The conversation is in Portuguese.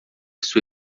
sua